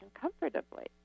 comfortably